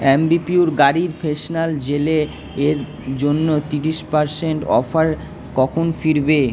Ambi Pur গাড়ির freshener জেলের এর জন্য তিরিশ পার্সেন্ট অফার কখন ফিরবে